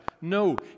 No